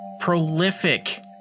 Prolific